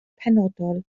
penodol